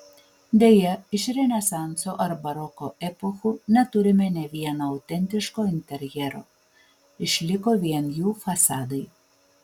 deja iš renesanso ar baroko epochų neturime nė vieno autentiško interjero išliko vien jų fasadai